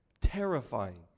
terrifying